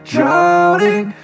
Drowning